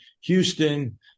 Houston